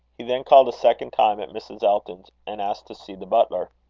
he then called a second time at mrs. elton's, and asked to see the butler.